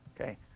Okay